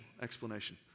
explanation